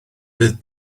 fydd